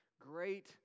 great